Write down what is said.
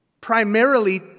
primarily